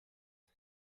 the